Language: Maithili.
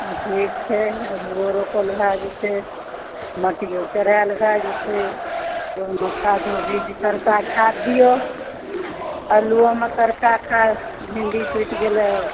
ठीक छै आलुओ रोपल भए जेतै मटीओ कोरायल भए जेतै ओहिमे खाद्यो बीज सरकार खाद्य बीज दिऔ आलुओमे तनिका भिन्डी टुटि गेलै